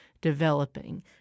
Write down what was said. developing